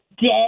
dead